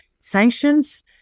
sanctions